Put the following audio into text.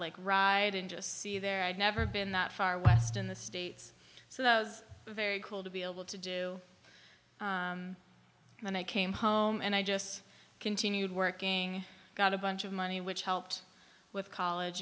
lake ride and just see there i'd never been that far west in the states so those are very cool to be able to do and i came home and i just continued working got a bunch of money which helped with college